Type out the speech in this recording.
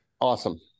Awesome